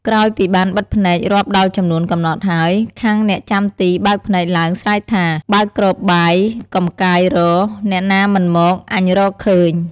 ក្រោយពីបានបិទភ្នែករាប់ដល់ចំនួនកំណត់ហើយ ខាងអ្នកចាំទីបើកភ្នែកឡើងស្រែកថា "បើកគ្របបាយ កំកាយរក អ្នកណាមិនមក អញរកឃើញ"។